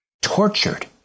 tortured